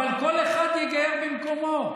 כל אחד יגייר במקומו,